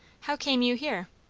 how came you here?